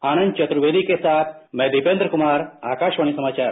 आनंद चतुर्वेदी के साथ मैं दीपेन्द्र कुमार आकाशवाणी समाचार